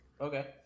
Okay